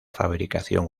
fabricación